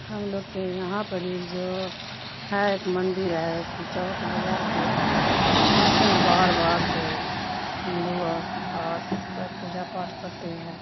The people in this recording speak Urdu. ہم لوگ کے یہاں پر یہ جو ہے ایک مندر ہے کہ چوک بازار پہ آتے ہیں باہر باہر سے ہندو اور اور سب پوجا پاٹھ کرتے ہیں